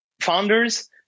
founders